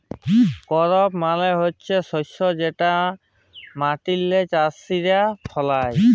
করপ মালে হছে শস্য যেট মাটিল্লে চাষীরা ফলায়